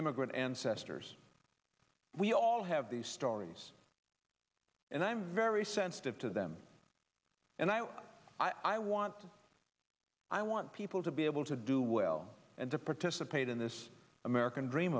immigrant ancestors we all have these stories and i'm very sensitive to them and i know i want to i want people to be able to do well and to participate in this american dream